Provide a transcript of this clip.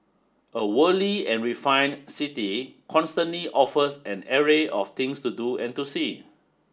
a worldly and refined city constantly offers an array of things to do and to see